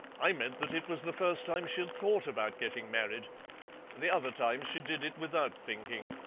i meant that it was the first time she'd thought about getting married the other times she did it without thinking.